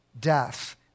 death